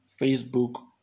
Facebook